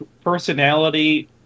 personality